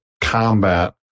combat